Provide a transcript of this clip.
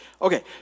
Okay